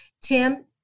tim